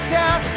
town